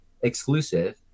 Exclusive